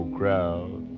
crowd